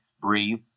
breathe